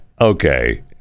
Okay